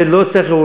ולא צריך,